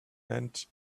and